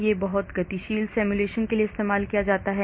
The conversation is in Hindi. यह बहुत गतिशील सिमुलेशन के लिए इस्तेमाल किया जा सकता है